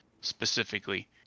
specifically